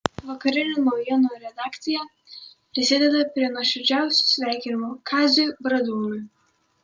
vakarinių naujienų redakcija prisideda prie nuoširdžiausių sveikinimų kaziui bradūnui